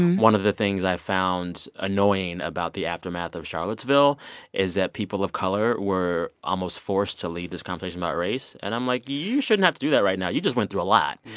one of the things i found annoying about the aftermath of charlottesville is that people of color were almost forced to lead this conversation about race. and i'm like, you shouldn't have to do that right now. you just went through a lot.